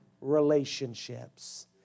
relationships